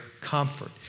comfort